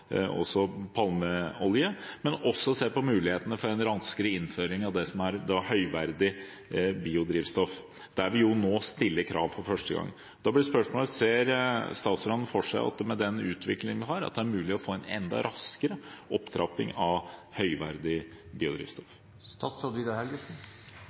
se på mulighetene for en raskere innføring av det som er høyverdig biodrivstoff, der vi nå stiller krav for første gang. Da blir spørsmålet: Ser statsråden for seg at det med den utviklingen vi har, er mulig å få en enda raskere opptrapping av høyverdig